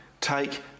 take